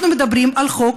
אנחנו מדברים על חוק,